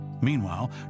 Meanwhile